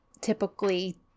typically